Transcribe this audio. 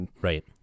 Right